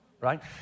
Right